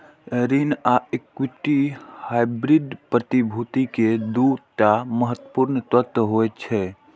ऋण आ equity hybrid प्रतिभूति के दू टा महत्वपूर्ण तत्व होइ छै